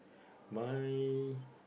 my